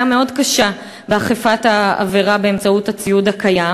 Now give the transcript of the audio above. מאוד קשה באכיפת העבירה באמצעות הציוד הקיים.